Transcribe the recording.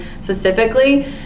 specifically